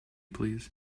please